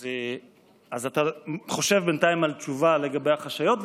אז אתה חושב בינתיים על תשובה לגבי החשאיות.